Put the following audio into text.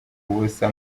ubusa